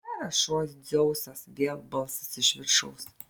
geras šuo dzeusas vėl balsas iš viršaus